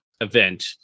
event